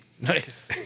Nice